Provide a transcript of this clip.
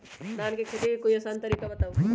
धान के खेती के कोई आसान तरिका बताउ?